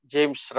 James